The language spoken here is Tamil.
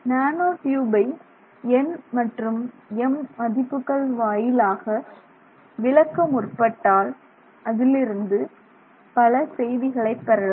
நானோ டியூபை n மற்றும் m மதிப்புகள் வாயிலாக விளக்க முற்பட்டால் அதிலிருந்து பல செய்திகளை பெறலாம்